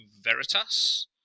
Veritas